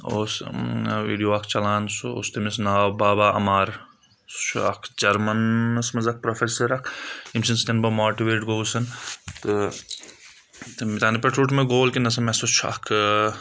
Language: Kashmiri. اوس ویٖڈیو اکھ چلان سُہ اوس تٔمِس ناو بابا عَمار سُہ چھُ اکھ جرمنس منٛز اکھ پروفیسر اکھ ییٚمہِ سٕنٛدۍ سۭتۍ بہٕ ماٹِویٹ گوٚوُس تہٕ تنہٕ پیٚٹھ روٗٹ مےٚ گول کہِ نہَ مےٚ ہَسا چھُ اکھ